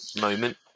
moment